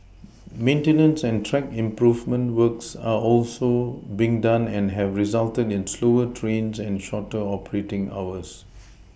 maintenance and track improvement works are also being done and have resulted in slower trains and shorter operating hours